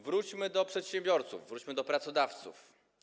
Wróćmy do przedsiębiorców, wróćmy do pracodawców.